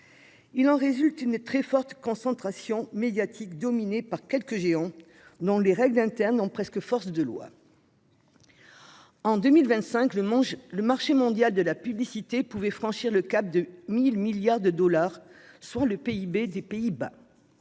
Il en résulte une très forte concentration médiatique, dominée par quelques géants dont les règles internes ont presque force de loi. En 2025, le marché mondial de la publicité pourrait franchir le cap de 1 000 milliards de dollars, soit le PIB des Pays-Bas.